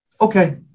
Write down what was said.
Okay